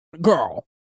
Girl